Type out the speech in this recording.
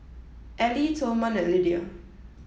Ally Tilman and Lidia